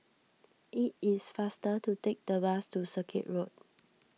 it is faster to take the bus to Circuit Road